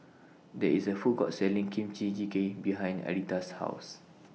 There IS A Food Court Selling Kimchi Jjigae behind Aretha's House